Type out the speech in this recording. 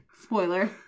Spoiler